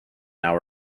now